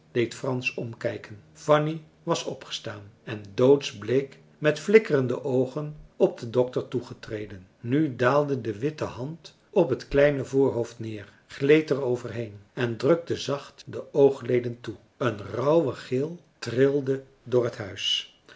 deed frans omkijken fanny was opgestaan en doodsbleek met flikkerende oogen op den dokter toegetreden nu daalde de witte hand op het kleine voorhoofd neer gleed er over heen en drukte zacht de oogleden toe een rauwe gil trilde door het huis